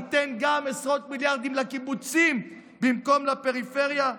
ייתן גם הוא עשרות מיליארדים לקיבוצים במקום לפריפריה,